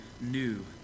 new